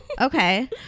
Okay